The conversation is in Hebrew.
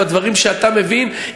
בדברים שאתה מבין,